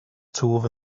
twf